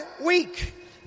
week